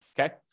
Okay